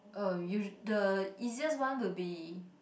uh usu~ the easiest one will be